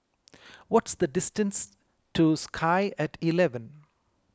What's the distance to Sky at eleven